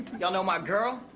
y'all know my girl,